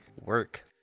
Work